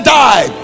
die